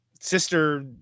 sister